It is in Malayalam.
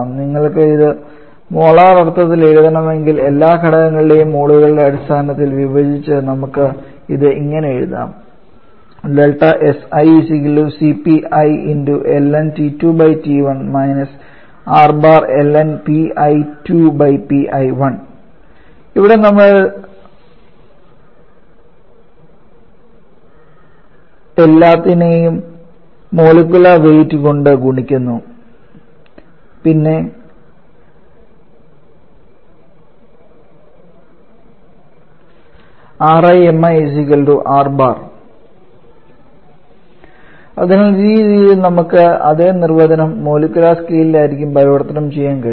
നിങ്ങൾക്ക് ഇത് മോളാർ അർത്ഥത്തിൽ എഴുതണമെങ്കിൽ എല്ലാ ഘടകങ്ങളെയും മോളുകളുടെ അടിസ്ഥാനത്തിൽ വിഭജിച്ച് നമുക്ക് ഇത് ഇങ്ങനെ എഴുതാം ഇവിടെ നമ്മൾ എല്ലാം മോളിക്കുലാർ വെയിറ്റ് കൊണ്ട് ഗുണിക്കുന്നു പിന്നെ അതിനാൽ ഈ രീതിയിൽ നമുക്ക് അതേ നിർവചനം മോളാർ സ്കെയിലിലേക്കും പരിവർത്തനം ചെയ്യാൻ കഴിയും